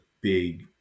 big